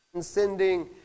sending